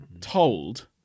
told